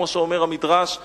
כמו שאומר המדרש,